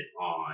on